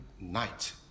night